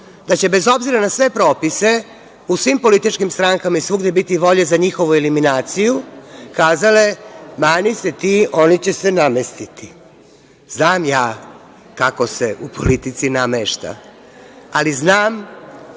da će bez obzira na sve propise u svim političkim strankama i svugde biti volje za njihovu eliminaciju, kazale – mani se ti, oni će se namestiti. Znam ja kako se u politici namešta, ali znam